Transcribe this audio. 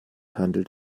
handelt